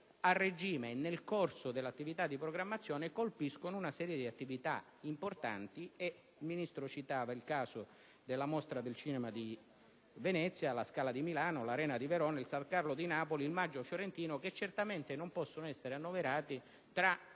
a regime e nel corso dell'attività di programmazione, colpisce una serie di attività importanti: il Ministro citava il caso della Mostra del cinema di Venezia, della Scala di Milano, dell'Arena di Verona, del San Carlo di Napoli e del Maggio fiorentino, che non possono essere annoverati tra